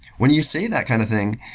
when you say that kind of thing,